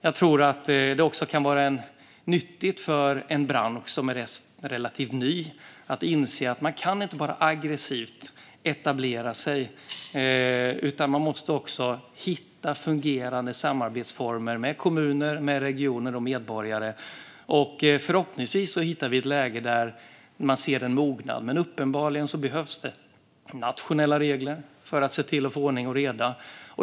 Jag tror också att det kan vara nyttigt för en bransch som är relativt ny att inse att man inte bara aggressivt kan etablera sig, utan man måste också hitta fungerande samarbetsformer med kommuner, regioner och medborgare. Förhoppningsvis hittar vi ett läge där man ser en mognad, men uppenbarligen behövs det nationella regler för att få ordning och reda.